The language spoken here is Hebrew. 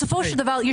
בסופו של דבר,